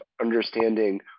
understanding